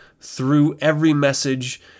through-every-message